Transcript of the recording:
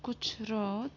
Gujarat